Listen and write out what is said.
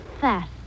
fast